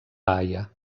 haia